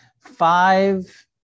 five